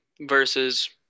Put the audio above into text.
versus